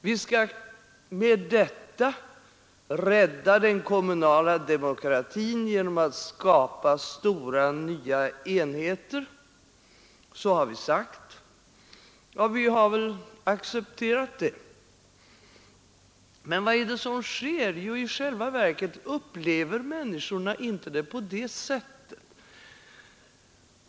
Vi skall rädda den kommunala demokratin genom att skapa stora nya enheter, har det sagts, och vi har väl accepterat det. Men vad är det som sker? Jo, i själva verket upplever människorna inte saken på det sättet.